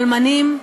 אלמנים,